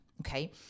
Okay